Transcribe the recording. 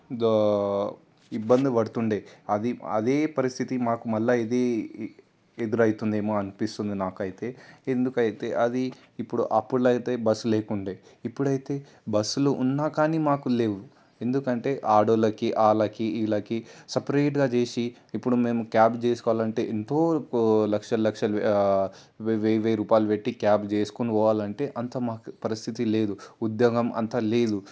ఇబ్బంది పడుతుండే అది అదే పరిస్థితి మాకు మళ్ళీ ఇది ఎదురైతుందేమో అనిపిస్తుంది నాకైతే ఎందుకు అయితే అది ఇప్పుడు అప్పటిలో అయితే బస్సు లేకుండే ఇప్పుడైతే బస్సులు ఉన్నా కానీ మాకు లేవు ఎందుకంటే ఆడోళ్ళకి వాళ్ళకి వీళ్ళకి సపరేట్గా చేసి ఇప్పుడు మేము క్యాబ్ చేసుకోవాలంటే ఎంతో లక్షలు లక్షలు వెయ్యి వెయ్యి రూపాయలు పెట్టి క్యాబ్ చేసుకొని పోవాలంటే అంత మాకు పరిస్థితి లేదు ఉద్యోగం అంత లేదు